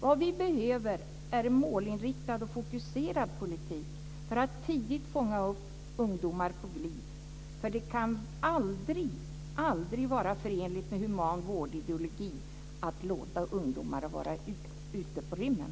Vad vi behöver är en målinriktad och fokuserad politik för att tidigt fånga upp ungdomar på glid. Det kan aldrig vara förenligt med human vårdideologi att låta ungdomar vara ute på rymmen.